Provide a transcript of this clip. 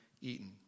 eaten